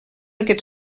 aquest